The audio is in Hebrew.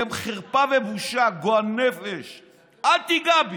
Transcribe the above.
"אתם חרפה ובושה"; "גועל נפש"; אל תיגע בי,